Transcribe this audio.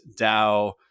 DAO